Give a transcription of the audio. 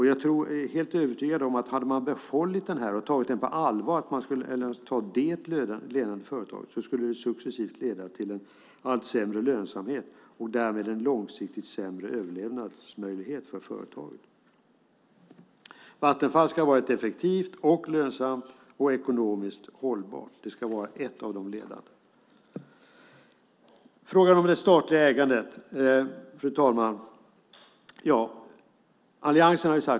Jag är helt övertygad om att om man hade behållit detta skulle det successivt leda till en allt sämre lönsamhet och därmed en långsiktigt sämre överlevnadsmöjlighet för företaget. Vattenfall ska vara effektivt, lönsamt och ekonomiskt hållbart. Sedan har vi frågan om det statliga ägandet, fru talman.